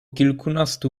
kilkunastu